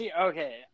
okay